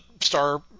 star